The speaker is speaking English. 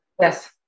Yes